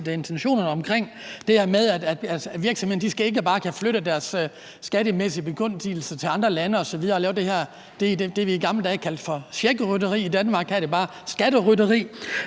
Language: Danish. set intentionerne og det her med, at virksomhederne ikke bare skal kunne flytte deres skattemæssige begunstigelser til andre lande osv. og lave det, vi i gamle dage kaldte for checkrytteri, og som i Danmark bare er skatterytteri.